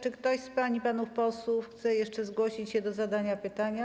Czy ktoś z pań i panów posłów chce jeszcze zgłosić się do zadania pytania?